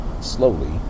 slowly